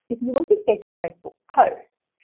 if you want to schedule facebook posts,